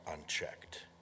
unchecked